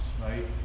right